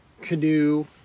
canoe